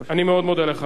חבר הכנסת שי.